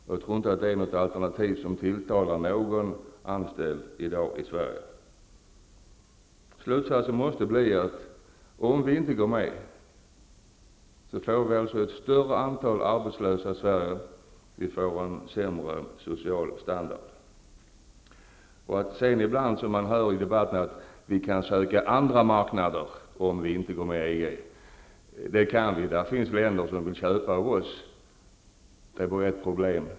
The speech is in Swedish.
Jag tror inte att det är ett alternativ som tilltalar någon anställd i dag i Slutsatsen måste bli, att om Sverige inte går med i EG blir det ett större antal arbetslösa i Sverige och den sociala standarden blir sämre. Ibland kan man höra i debatten att Sverige kan söka sig andra marknader om Sverige inte går med i EG. Ja, det går. Det finns länder som vill köpa av Sverige. Där finns bara ett problem.